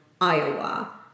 Iowa